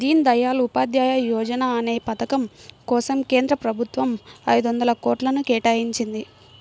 దీన్ దయాళ్ ఉపాధ్యాయ యోజనా అనే పథకం కోసం కేంద్ర ప్రభుత్వం ఐదొందల కోట్లను కేటాయించింది